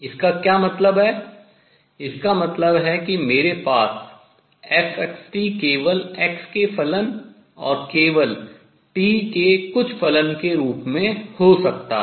इसका क्या मतलब है इसका मतलब है कि मेरे पास fx t केवल x के फलन और केवल t के कुछ फलन के रूप में हो सकता है